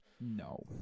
No